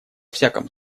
всяком